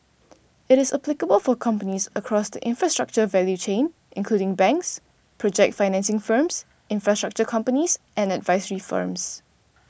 it is applicable for companies across the infrastructure value chain including banks project financing firms infrastructure companies and advisory firms